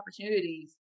opportunities